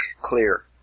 clear